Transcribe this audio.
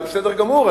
זה בסדר גמור,